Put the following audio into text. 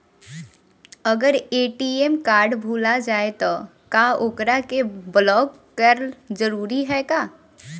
अगर ATM card भूला जाए त का ओकरा के बलौक कैल जरूरी है का?